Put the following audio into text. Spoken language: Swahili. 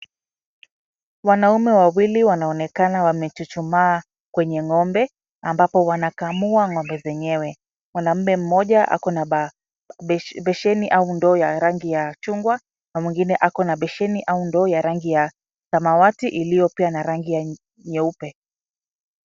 Wanaume wawili wanaonekana wame chuchumaa kwenye ngombe, ambapo wanakamua ngombe zenyewe, mwanaume mmoja ako na ba, besheni au ndoo ya rangi ya chungwa, na mwingine ako na besheni au ndo ya rangi ya samawati iliyo pia na rangi ya, nyeupe.